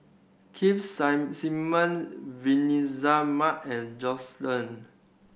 Keith Simmon Vanessa Mae and Josef Ng